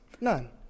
none